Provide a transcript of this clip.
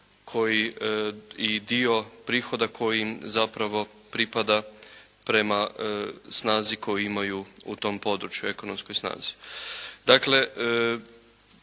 i dio prihoda koji zapravo pripada prema snazi koju imaju u tom području, ekonomskoj snazi.